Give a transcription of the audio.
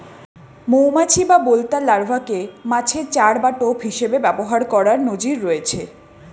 মৌমাছি বা বোলতার লার্ভাকে মাছের চার বা টোপ হিসেবে ব্যবহার করার নজির রয়েছে